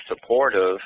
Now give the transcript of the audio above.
supportive